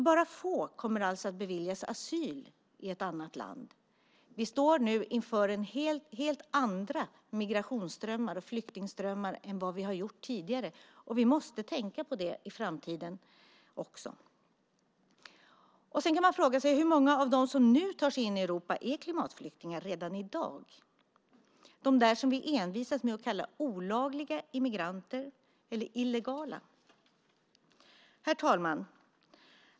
Bara få kommer alltså att beviljas asyl i ett annat land. Vi står nu inför helt andra migrationsströmmar och flyktingströmmar än tidigare. Vi måste tänka på det i framtiden. Man kan fråga sig hur många av dem som nu tar sig in i Europa som är klimatflyktingar redan i dag, de där som vi envisas med att kalla olagliga eller illegala immigranter. Herr talman!